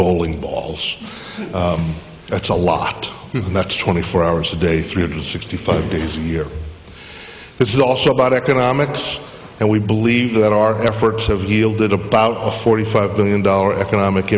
bowling balls that's a lot you can that's twenty four hours a day three hundred sixty five days a year this is also about economics and we believe that our efforts have yielded about a forty five billion dollar economic